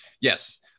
Yes